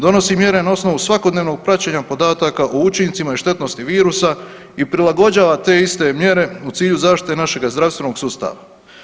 Donosi mjere na osnovu svakodnevnog praćenja podataka o učincima i štetnosti virusa i prilagođava te iste mjere u cilju zaštite našega zdravstvenog sustava.